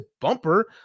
bumper